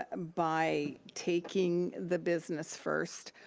um by taking the business first,